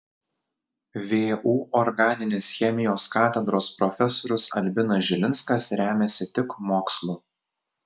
vu organinės chemijos katedros profesorius albinas žilinskas remiasi tik mokslu